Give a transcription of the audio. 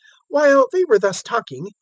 while they were thus talking,